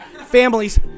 families